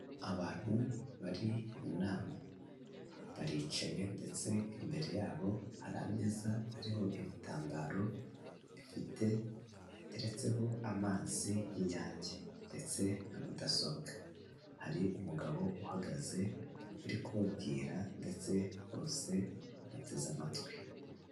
Abantu bari mu nama baricaye ndetse imbere yabo hari ameza ariho ibitambaro bifite biteretseho amazi y'Inyange ndetse na mudasobwa hari umugabo uhagaze uri kubabwira ndetse bose bateze amatwi.